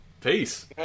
peace